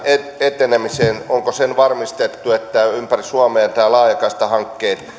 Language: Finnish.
etenemiseen onko se varmistettu että ympäri suomea tämä laajakaistahanke